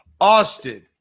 Austin